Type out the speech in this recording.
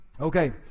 Okay